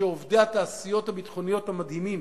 שעובדי התעשיות הביטחוניות המדהימים,